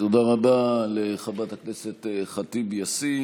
תודה רבה לחברת הכנסת ח'טיב יאסין.